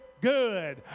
good